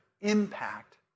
impact